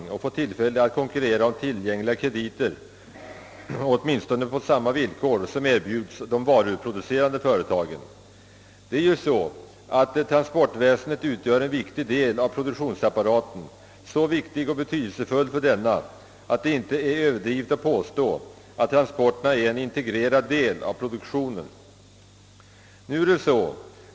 De bör åtminstone få tillfälle att konkurrera om tillgängliga krediter på samma villkor som de vilka erbjuds de varuproducerande företagen. Transportväsendet är ju en viktig faktor i produktionsapparaten, så betydelsefull för denna att det inte är överdrivet att påstå att transporterna utgör en integrerad del av produktionen.